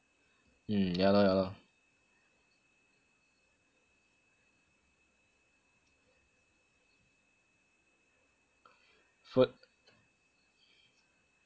mm yah lah yah lor bu~